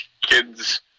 kids